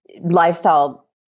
lifestyle